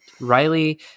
Riley